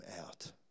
out